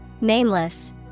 Nameless